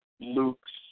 Luke's